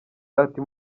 ati